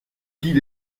qu’il